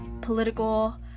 political